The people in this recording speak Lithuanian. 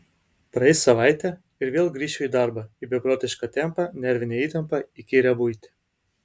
praeis savaitė ir vėl grįšiu į darbą į beprotišką tempą nervinę įtampą įkyrią buitį